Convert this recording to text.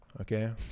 Okay